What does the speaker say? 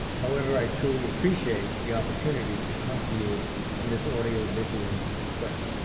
however, i truly appreciate the opportunity to come to you in this audio visual clip.